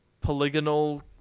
polygonal